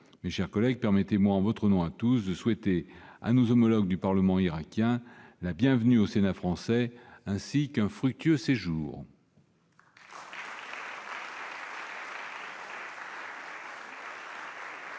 Mes chers collègues, permettez-moi, en votre nom à tous, de souhaiter à nos homologues du Parlement irakien la bienvenue au Sénat français ainsi qu'un fructueux séjour.